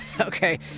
okay